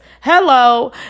hello